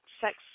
sex